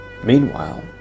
Meanwhile